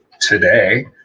today